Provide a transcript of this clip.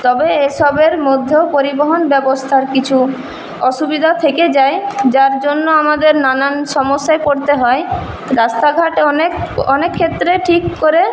তবে এসবের মধ্যেও পরিবহন ব্যবস্থার কিছু অসুবিধা থেকে যায় যার জন্য আমাদের নানান সমস্যায় পড়তে হয় রাস্তাঘাট অনেক অনেক ক্ষেত্রে ঠিক করে